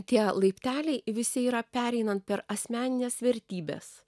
tie laipteliai visi yra pereinant per asmenines vertybes